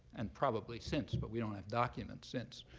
and probably since, but we don't have documents since.